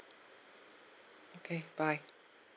okay bye